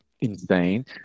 insane